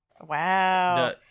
Wow